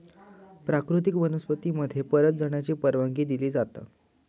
प्राकृतिक वनस्पती मध्ये परत जाण्याची परवानगी दिली जाता